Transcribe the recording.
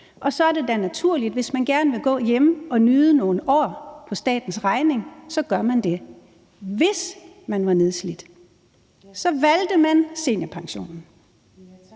Så er det da naturligt, at man, hvis man gerne vil gå hjemme og nyde nogle år på statens regning, så gør det. Hvis man var nedslidt, valgte man seniorpensionen.